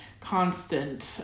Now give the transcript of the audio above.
constant